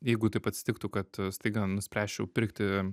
jeigu taip atsitiktų kad staiga nuspręsčiau pirkti